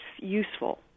useful